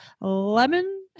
lemon